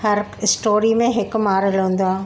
हर प स्टोरी में हिकु मॉरल हूंदो आहे